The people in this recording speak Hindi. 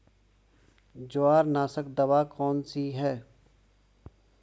जवार नाशक दवा कौन सी है?